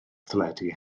teledu